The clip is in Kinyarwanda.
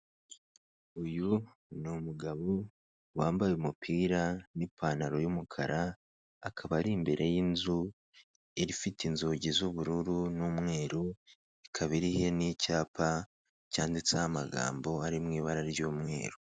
Uyu ni umugabo wambaye umupira n'ipantaro y'umukara, akaba ari imbere y'inzu ifite inzugi z'ubururu n'umweru, ikaba iriho n'icyapa cyanditseho amagambo ari mu ibara ry'umweru.